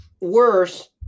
worse